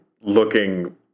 looking